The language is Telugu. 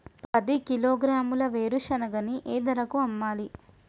పది కిలోగ్రాముల వేరుశనగని ఏ ధరకు అమ్మాలి?